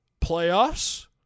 Playoffs